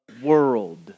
world